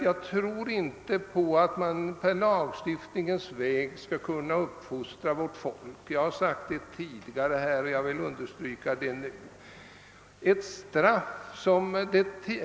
Jag tror inte att man genom lagstiftning kan uppfostra vårt folk — det har jag sagt tidigare och vill understryka det ytterligare.